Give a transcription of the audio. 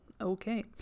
Okay